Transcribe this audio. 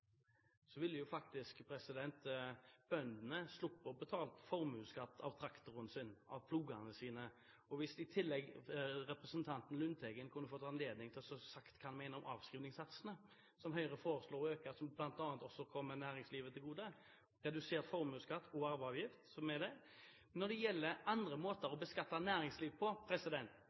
så ville faktisk bøndene sluppet å betale formuesskatt av traktoren sin og av plogene sine. Og hvis i tillegg representanten Lundteigen kunne fått anledning til å si hva han mener om avskrivningssatsene, som Høyre foreslår å øke, og som bl.a. også kommer næringslivet til gode, redusert formuesskatt og arveavgift, hadde det vært bra. Når det gjelder andre måter å beskatte næringslivet på,